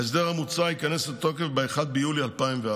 ההסדר המוצע ייכנס לתוקף ב-1 ביולי 2024,